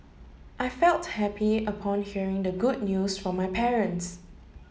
I felt happy upon hearing the good news from my parents